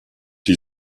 die